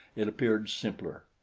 it appeared simpler.